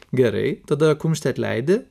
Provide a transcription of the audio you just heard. gerai tada kumštį atleidi